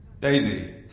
Daisy